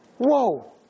whoa